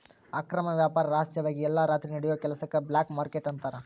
ಅಕ್ರಮ ವ್ಯಾಪಾರ ರಹಸ್ಯವಾಗಿ ಎಲ್ಲಾ ರಾತ್ರಿ ನಡಿಯೋ ಕೆಲಸಕ್ಕ ಬ್ಲ್ಯಾಕ್ ಮಾರ್ಕೇಟ್ ಅಂತಾರ